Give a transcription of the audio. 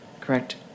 correct